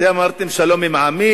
אתם אמרתם: שלום עם עמים,